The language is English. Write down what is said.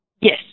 Yes